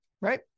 Right